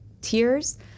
tears